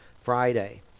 Friday